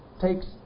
takes